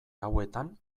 hauetan